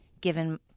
given